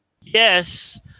Yes